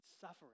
suffering